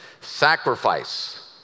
sacrifice